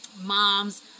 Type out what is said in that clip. moms